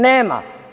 Nema.